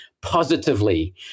positively